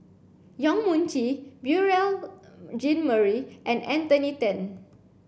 Yong Mun Chee Beurel Jean Marie and Anthony Then